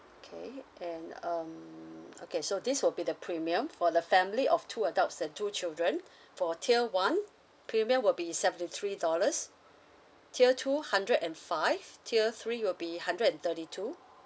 K and um okay so this will be the premium for the family of two adults and two children for tier one premium will be seventy three dollars tier two hundred and five tier three will be hundred and thirty two